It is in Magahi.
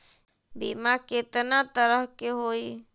बीमा केतना तरह के होइ?